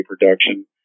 production